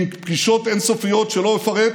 עם פגישות אין-סופיות, שלא אפרט.